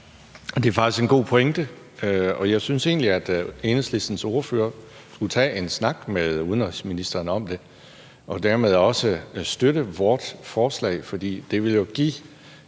Det er faktisk en god pointe, og jeg synes egentlig, at Enhedslistens ordfører skulle tage en snak med udenrigsministeren og dermed også støtte vort forslag, for det ville jo give